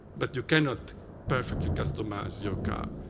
but you cannot perfectly customize your car.